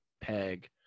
Peg